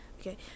okay